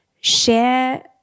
share